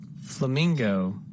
Flamingo